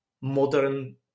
modern